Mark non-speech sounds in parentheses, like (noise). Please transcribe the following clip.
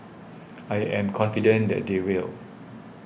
(noise) I am confident that they will